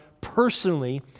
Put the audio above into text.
personally